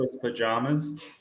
Pajamas